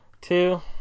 two